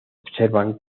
observan